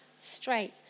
straight